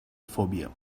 phobia